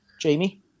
Jamie